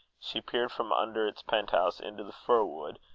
she peered from under its penthouse into the fir-wood,